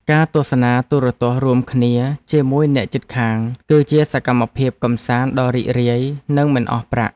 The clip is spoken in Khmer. ការទស្សនាទូរទស្សន៍រួមគ្នាជាមួយអ្នកជិតខាង គឺជាសកម្មភាពកម្សាន្តដ៏រីករាយនិងមិនអស់ប្រាក់។